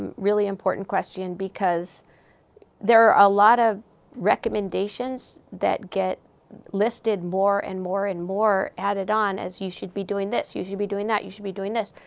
really important question, because there are a lot of recommendations that get listed more, and more, and more added on as, you should be doing this, you should be doing that, you should be doing this.